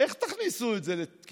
איך תכניסו את זה כחוק?